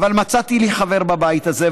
אבל מצאתי לי חבר בבית הזה,